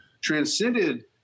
transcended